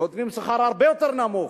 נותנים שכר הרבה יותר נמוך,